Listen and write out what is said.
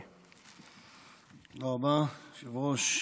תודה רבה, היושב-ראש.